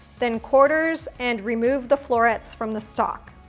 then quarters, and remove the florets from the stalk.